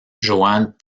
johannes